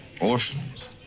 Orphans